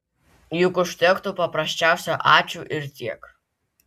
juk užtektų paprasčiausio ačiū ir tiek